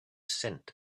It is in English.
scent